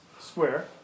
square